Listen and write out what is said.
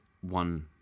one